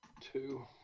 Two